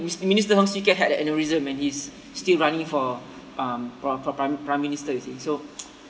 min~ minister heng swee keat had an aneurism and he's still running for um for pri~ prime ministers you see so